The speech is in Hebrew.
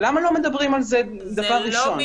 למה לא מדברים על זה דבר ראשון?